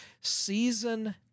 Season